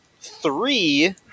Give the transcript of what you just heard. three